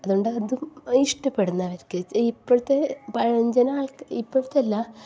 അതുകൊണ്ട് അതും ഇഷ്ടപ്പെടുന്നു അവഋക്ക് ഇപ്പോഴത്തെ പഴഞ്ചന് ആള്ക്ക് ഇപ്പോഴത്തെ അല്ല